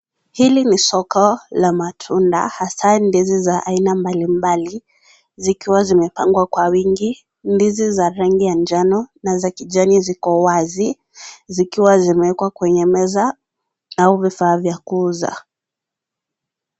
Hili ni soko la matunda, hasa ndizi za aina mbalimbali zikiwa zimepangwa kwa wingi. Ndizi za rangi ya njano na za kijani ziko wazi zikiwa zimewekwa kwenye meza au vifaa vya kuuza.